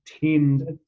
tend